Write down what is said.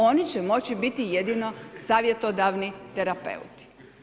Oni će moći biti jedino savjetodavni terapeuti